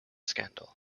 scandal